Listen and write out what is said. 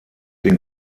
den